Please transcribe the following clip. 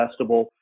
investable